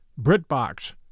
BritBox